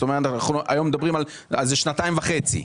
זאת אומרת, אנחנו היום מדברים על שנתיים וחצי.